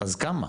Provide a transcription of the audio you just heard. אז כמה?